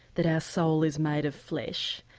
that our soul is made of flesh.